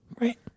Right